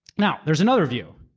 now, there's another view.